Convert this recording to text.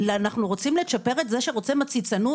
אנחנו רוצים לצ'פר את זה שרוצה מציצנות